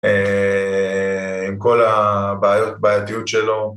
עם כל הבעיות, בעייתיות שלו